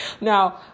Now